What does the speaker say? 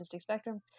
spectrum